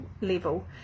level